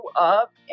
up